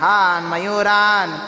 Mayuran